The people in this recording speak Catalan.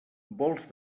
vols